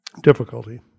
difficulty